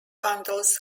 bundles